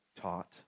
taught